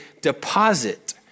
deposit